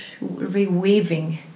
reweaving